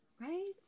right